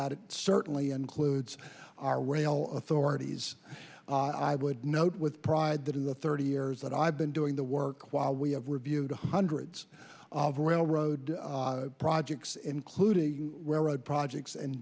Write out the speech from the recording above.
that certainly includes our rail authorities i would note with pride that in the thirty years that i've been doing the work while we have reviewed hundreds of rail road projects including where road projects and